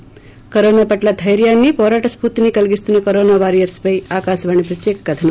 ి కరోనా పట్ల దైర్యాన్ని పోరాట స్పూర్తిని కలిగిస్తున్న కరోనా వారియర్స్ పై ఆకాశవాణి ప్రత్యేక కథనం